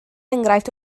enghraifft